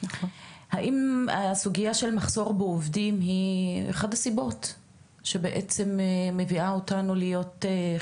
האם הסוגיה של מחסור בעובדים היא אחת הסיבות שבעצם מביאה אותנו לכך,